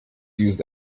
used